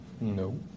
No